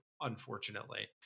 unfortunately